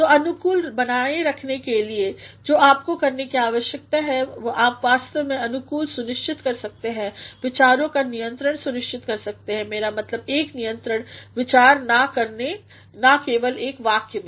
तो अनुकूल बनाए रखने के लिए जो आपको करने की आवश्यकता है वह है आप वास्तव में अनुकूल सुनिश्चित कर सकते हैं विचारों का नियंत्रण सुनिश्चित करके मेरा मतलब एक नियंत्रण विचार ना केवल एक वाक्य में